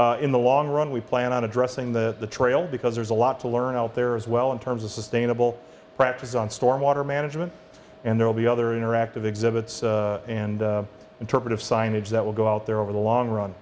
did in the long run we plan on addressing the trail because there's a lot to learn out there as well in terms of sustainable practices on storm water management and there'll be other interactive exhibits and interpretive signage that will go out there over the long run